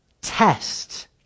test